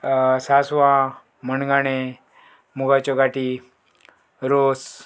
सांसवां मणगाणें मुगाच्यो गाटी रोस